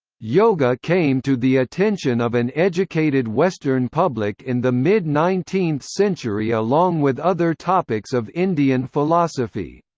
yoga came to the attention of an educated western public in the mid nineteenth century along with other topics of indian philosophy.